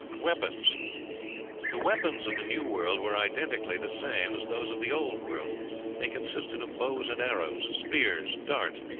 weapons the weapons of the new world were identically the same as those of the old world they consisted of bows and arrows, spears, darts,